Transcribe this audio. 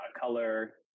color